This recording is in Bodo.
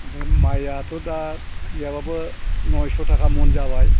ओमफ्राय माइयाथ' दा गैयाबाबो नयस' थाखा मन जाबाय